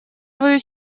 твою